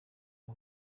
uwa